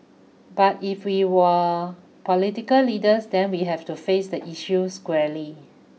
but if we were political leaders then we have to face the issue squarely